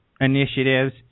initiatives